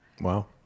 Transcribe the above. Wow